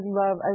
love